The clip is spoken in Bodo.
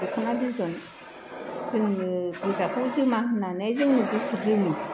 दख'ना बिदन जोंङो गोजाखौ जोमा होन्नानै जोंनो गुफुर जोमो